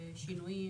שינויים,